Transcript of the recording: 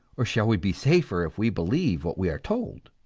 or shall we be safer if we believe what we are told?